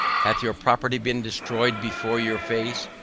hath your property been destroyed before your face?